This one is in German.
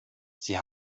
sie